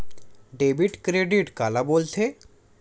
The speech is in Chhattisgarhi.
डेबिट क्रेडिट काला बोल थे?